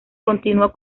continuó